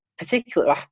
Particularly